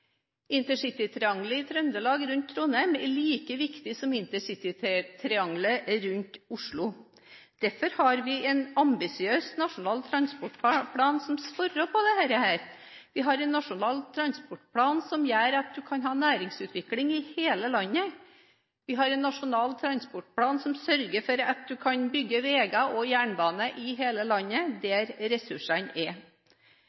i Trøndelag, rundt Trondheim, er like viktig som intercitytriangelet rundt Oslo. Derfor har vi en ambisiøs Nasjonal transportplan som svarer på dette. Vi har en Nasjonal transportplan som gjør at man kan ha næringsutvikling i hele landet. Vi har en Nasjonal transportplan som sørger for at man kan bygge veier og jernbane i hele landet, der